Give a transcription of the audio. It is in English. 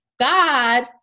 God